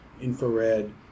infrared